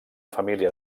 família